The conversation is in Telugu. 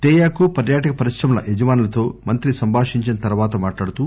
తేయాకు పర్యాటక పరిశ్రమల యజమానులతో మంత్రి సంభాషించిన తరువాత మాట్లాడుతూ